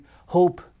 hope